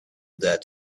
that